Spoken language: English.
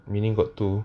meaning got two